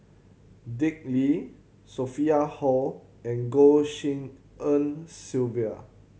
Dick Lee Sophia Hull and Goh Tshin En Sylvia